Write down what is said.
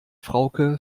frauke